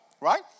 right